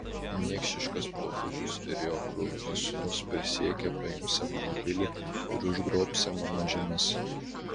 niekšiškas popiežius ir jo kruvinas sūnus prisiekė paimsią mano pilį ir užgrobsią mano žemes